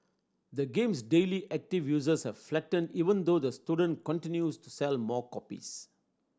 the game's daily active users has flattened even though the student continues to sell more copies